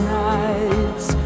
nights